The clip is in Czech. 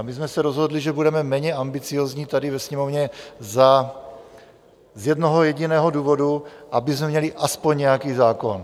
A my jsme se rozhodli, že budeme méně ambiciózní tady ve Sněmovně z jednoho jediného důvodu, abychom měli aspoň nějaký zákon.